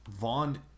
vaughn